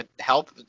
help